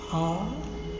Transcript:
आ